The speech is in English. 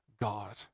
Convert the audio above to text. God